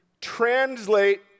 translate